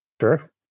Sure